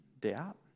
doubt